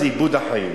זה איבוד החיים.